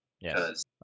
yes